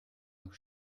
noch